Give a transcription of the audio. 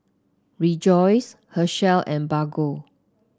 Rejoice Herschel and Bargo